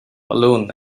alone